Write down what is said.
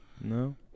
No